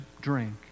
drink